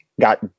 got